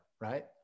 Right